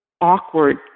awkward